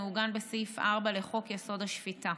המעוגן בסעיף 4 לחוק-יסוד: השפיטה.